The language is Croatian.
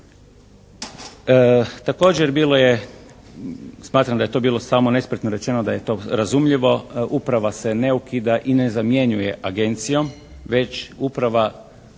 Također, bilo je, smatram da je to bilo samo nespretno rečeno da je to razumljivo, uprava se ne ukida i ne zamjenjuje agencijom već Uprava